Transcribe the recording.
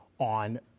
on